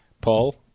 Paul